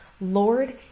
Lord